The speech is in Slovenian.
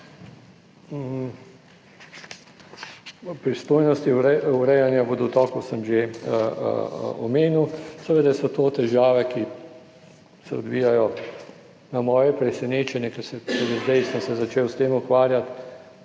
pristojnosti urejanja vodotokov sem že omenil, seveda, so to težave, ki se odvijajo na moje presenečenje, ker šle zdaj sem se začel s tem ukvarjati,